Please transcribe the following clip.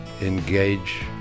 engage